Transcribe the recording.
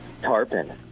tarpon